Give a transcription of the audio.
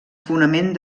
fonament